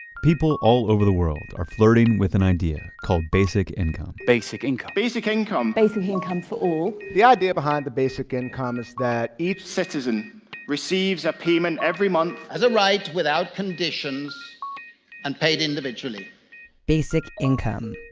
people all over the world are flirting with an idea called basic income basic income basic income basic income for all. the idea behind the basic income is that. each citizen receives a payment every month. as a right without conditions and paid individually basic income,